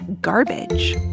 garbage